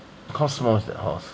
cost more than house